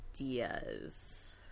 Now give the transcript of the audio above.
ideas